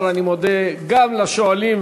אני לא מסכים אתה,